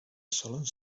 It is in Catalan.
salons